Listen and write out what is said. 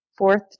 Fourth